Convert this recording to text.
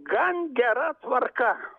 gan gera tvarka